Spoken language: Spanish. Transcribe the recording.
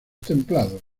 templados